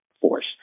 force